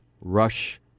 rush